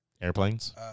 airplanes